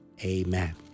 Amen